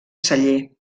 celler